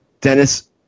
Dennis